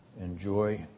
Enjoy